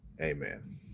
Amen